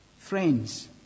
Friends